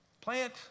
Plant